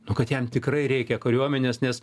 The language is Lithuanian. nu kad jam tikrai reikia kariuomenės nes